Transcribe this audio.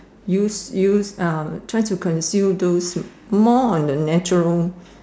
use use uh try to consume those more on the natural